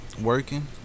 Working